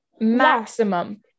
maximum